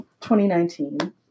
2019